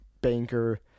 banker